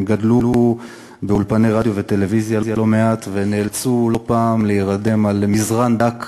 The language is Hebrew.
הם גדלו באולפני רדיו וטלוויזיה לא מעט ונאלצו לא פעם להירדם על מזרן דק